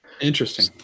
Interesting